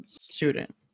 student